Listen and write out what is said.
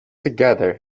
together